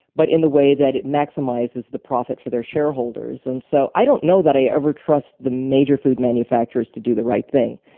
but in the way that it maximizes the profit for their shareholders. and so, i don't know that i ever trust the major food manufacturers to do the right thing.